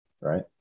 right